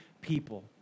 people